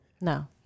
No